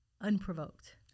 unprovoked